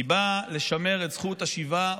היא באה לשמר את זכות השיבה,